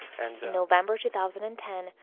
in november two thousand and ten,